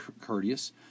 courteous